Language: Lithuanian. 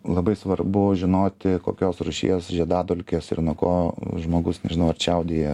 labai svarbu žinoti kokios rūšies žiedadulkės ir nuo ko žmogus nežinau ar čiaudėja